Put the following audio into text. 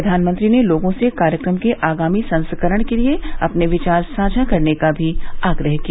प्रधानमंत्री ने लोगों से कार्यक्रम के आगामी संस्करण के लिए अपने विचार साझा करने का भी आग्रह किया